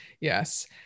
yes